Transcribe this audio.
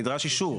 נדרש אישור.